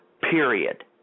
period